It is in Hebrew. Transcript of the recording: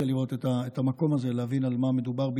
לראות את המקום הזה ולהבין על מה מדובר בדיוק,